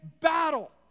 battle